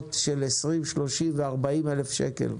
במשכורות של 20,000, 30,000 ו-40,000 שקל.